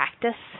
practice